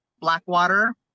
Blackwater